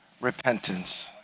repentance